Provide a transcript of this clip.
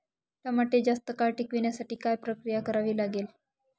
टमाटे जास्त काळ टिकवण्यासाठी काय प्रक्रिया करावी लागेल?